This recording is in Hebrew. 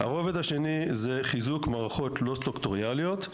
הרובד השני זה חיזוק מערכות לא סטרוקטוריאליות,